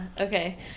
okay